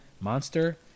Monster